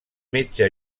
metge